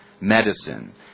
medicine